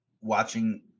watching